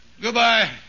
Goodbye